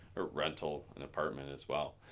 a rental, and apartment as well.